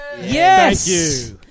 Yes